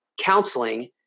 counseling